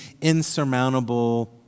insurmountable